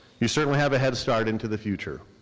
you certainly have a head start into the future,